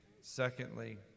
secondly